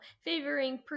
favoring